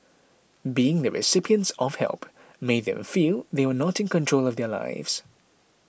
being the recipients of help made them feel they were not in control of their lives